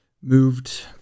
moved